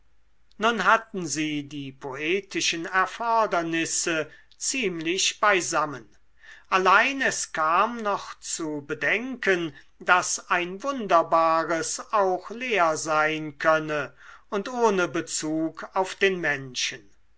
nun hatten sie die poetischen erfordernisse ziemlich beisammen allein es kam noch zu bedenken daß ein wunderbares auch leer sein könne und ohne bezug auf den menschen